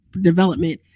development